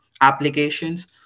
applications